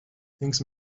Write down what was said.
things